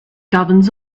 governs